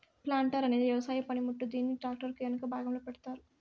planter అనేది వ్యవసాయ పనిముట్టు, దీనిని ట్రాక్టర్ కు ఎనక భాగంలో పెడతారు